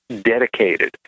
dedicated